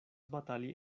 batali